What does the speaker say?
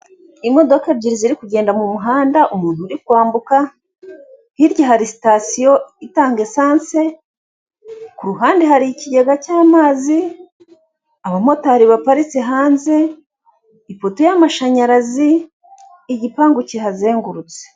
Imodoka ebyiri ziri kugenda mu muhanda umuntu uri kwambuka, hirya hari sitasiyo itanga esanse, ku ruhande hari ikigega cy'amazi, abamotari baparitse hanze, ipoto y'amashanyarazi, igipangu kihazengurutse.